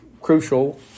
crucial